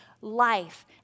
life